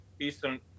eastern